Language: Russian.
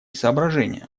соображения